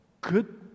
good